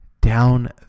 down